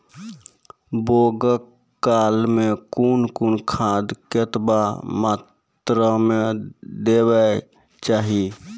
बौगक काल मे कून कून खाद केतबा मात्राम देबाक चाही?